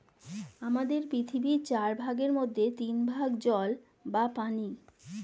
আমাদের পৃথিবীর চার ভাগের মধ্যে তিন ভাগ জল বা পানি